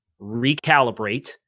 recalibrate